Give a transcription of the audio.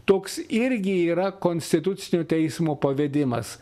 toks irgi yra konstitucinio teismo pavedimas